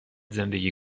زندگی